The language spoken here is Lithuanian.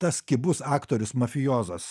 tas kibus aktorius mafiozas